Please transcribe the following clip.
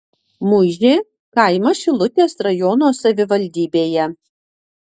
muižė kaimas šilutės rajono savivaldybėje